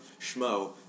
schmo